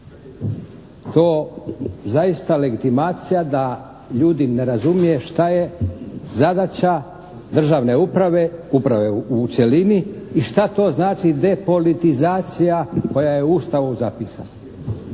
To zaista legitimacija da ljudi ne razumije šta je zadaća državne uprave, uprave u cjelini i šta to znači depolitizacija koja je Ustavom zapisana.